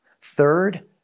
Third